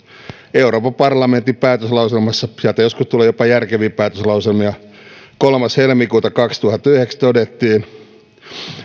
euroopan parlamentin päätöslauselmassa sieltä joskus tulee jopa järkeviä päätöslauselmia kolmas helmikuuta kaksituhattayhdeksän todettiin